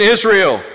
Israel